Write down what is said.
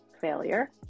failure